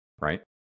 Right